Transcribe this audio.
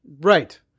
Right